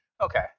okay